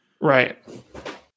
Right